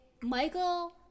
Michael